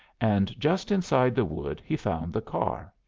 and just inside the wood, he found the car.